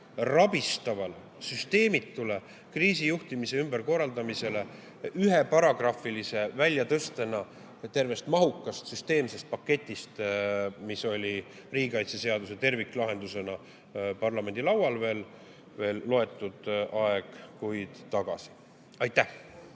rabistavale süsteemitule kriisijuhtimise ümberkorraldamisele ühe paragrahvi välja tõstmisena tervest mahukast süsteemsest paketist, mis oli riigikaitseseaduse terviklahendusena parlamendi laual veel loetud kuid tagasi. Aitäh!